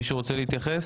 מישהו רוצה להתייחס?